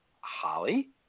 Holly